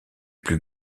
plus